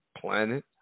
planet